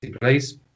please